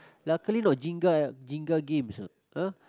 luckily not Jenga Jenga games ah ah